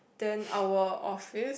then our office